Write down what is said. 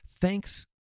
thanks